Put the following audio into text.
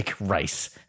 rice